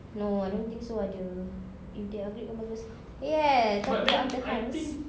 no I don't think so ada if they upgrade pun bagus !yay! talking about haunted house